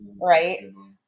right